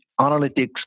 analytics